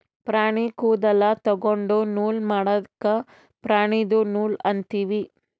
ಪ್ರಾಣಿ ಕೂದಲ ತೊಗೊಂಡು ನೂಲ್ ಮಾಡದ್ಕ್ ಪ್ರಾಣಿದು ನೂಲ್ ಅಂತೀವಿ